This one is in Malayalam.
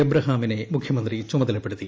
എബ്രഹാമിനെ മുഖ്യമന്ത്രി ചുമതലപ്പെടുത്തി